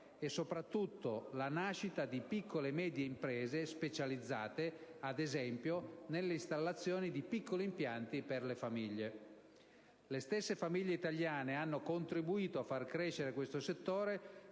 e, soprattutto, la nascita di piccole e medie imprese specializzate, ad esempio, nell'installazione di piccoli impianti per le famiglie. Le stesse famiglie italiane hanno contribuito a far crescere questo settore